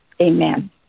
Amen